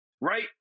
right